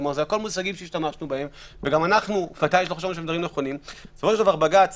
אלה כולם מושגים שהשתמשנו בהם ובסופו של דבר בג"ץ